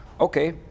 okay